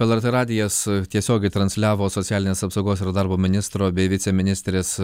lrt radijas tiesiogiai transliavo socialinės apsaugos ir darbo ministro bei viceministrės